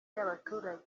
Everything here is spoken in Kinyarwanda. y’abaturage